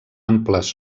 amples